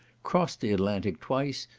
crossed the atlantic twice,